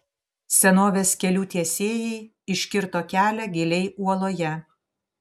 senovės kelių tiesėjai iškirto kelią giliai uoloje